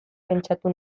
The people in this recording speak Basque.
pentsatu